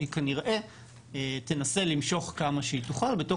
היא כנראה תנסה למשוך כמה שהיא תוכל בתוך